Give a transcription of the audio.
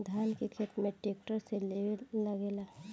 धान के खेत में ट्रैक्टर से लेव लागेला